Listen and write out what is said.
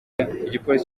igipolisi